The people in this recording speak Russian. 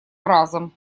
разом